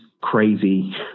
crazy